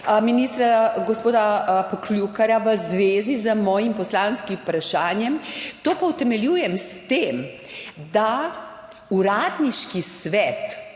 ministra gospoda Poklukarja v zvezi z mojim poslanskim vprašanjem. To pa utemeljujem s tem, da Uradniški svet